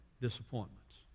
disappointments